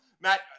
Matt